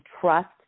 trust